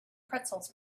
pretzels